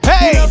Hey